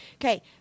Okay